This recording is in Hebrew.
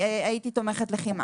דוגמה.